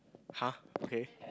[huh] okay